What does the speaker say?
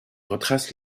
retrace